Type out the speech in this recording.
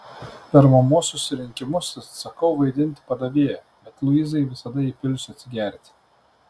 per mamos susirinkimus atsisakau vaidinti padavėją bet luizai visada įpilsiu atsigerti